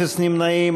אפס נמנעים.